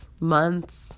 months